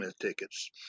tickets